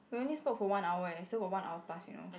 we already spoke for one hour eh still got one hour plus you know